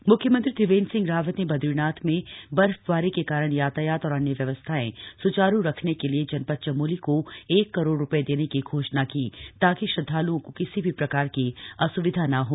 म्ख्यमंत्री त्रिवेन्द्र सिंह रावत ने बदरीनाथ में बर्फबारी के कारण यातायात और अन्य व्यवस्थाएं स्चारू रखने के लिए जन द चमोली को एक करोड़ रू ये देने की घोषणा कीए ताकि श्रद्धाल्ओं को किसी भी प्रकार की अस्विधा न हो